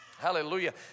hallelujah